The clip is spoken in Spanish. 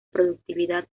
productividad